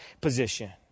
position